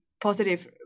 positive